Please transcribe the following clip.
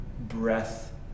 breath